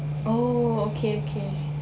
oh okay okay